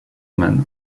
man